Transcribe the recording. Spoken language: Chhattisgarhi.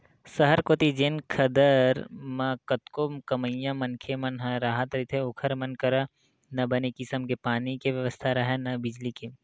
सहर कोती जेन खदर म कतको कमइया मनखे मन ह राहत रहिथे ओखर मन करा न बने किसम के पानी के बेवस्था राहय, न बिजली के